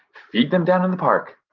feed them down in the park.